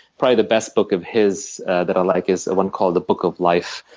probably the best book of his that i like is one called the book of life,